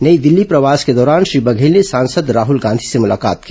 नई दिल्ली प्रवास के दौरान श्री बघेल ने सांसद राहल गांधी से मुलाकात की